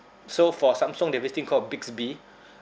so for samsung they have this thing called bixby